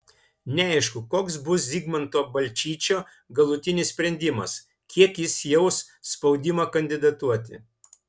neaišku koks bus zigmanto balčyčio galutinis sprendimas kiek jis jaus spaudimą kandidatuoti